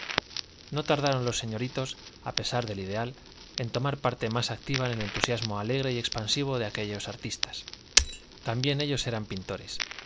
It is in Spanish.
no tardaron los señoritos a pesar del ideal en tomar parte más activa en el entusiasmo alegre y expansivo de aquellas artistas también ellos eran pintores